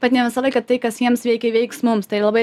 bet ne visą laiką tai kas jiems veikia veiks mums tai labai